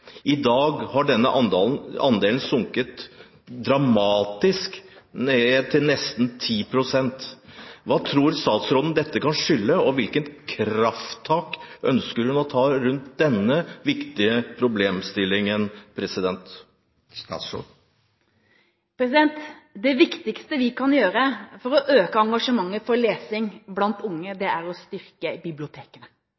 I dag har denne andelen sunket dramatisk ned til nesten 10 pst. Hva tror statsråden dette kan skyldes, og hvilke krafttak ønsker hun å ta rundt denne viktige problemstillingen? Det viktigste vi kan gjøre for å øke engasjementet for lesing blant unge,